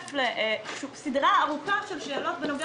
מתווסף לסדרה ארוכה של שאלות בנוגע